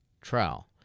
trowel